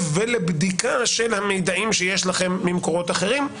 ולבדיקה של המידע שיש לכם ממקורות אחרים.